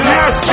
Yes